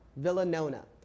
Villanona